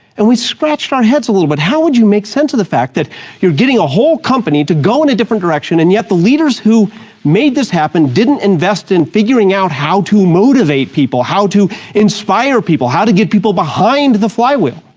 and we scratched our heads a little bit, but how would you make sense of the fact that you're getting a whole company to go in a different direction and yet the leaders who made this happen didn't invest in figuring out how to motivate people, how to inspire people, how to get people behind the flywheel.